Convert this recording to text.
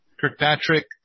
Kirkpatrick